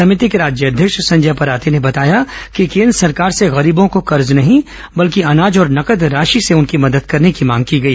समिति के राज्य अध्यक्ष संजय पराते ने बताया कि केन्द्र सरकार से गरीबों को कर्ज नहीं बल्कि अनाज और नगद राशि से उनकी मदद करने की मांग की गई